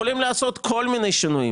יכולים לעשות כל מיני שינויים.